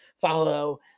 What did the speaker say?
follow